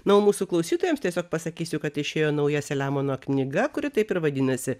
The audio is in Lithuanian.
nuo mūsų klausytojams tiesiog pasakysiu kad išėjo nauja selemono knyga kuri taip ir vadinasi